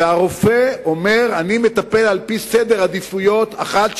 והרופא אומר: אני מטפל על-פי סדר עדיפויות אחת,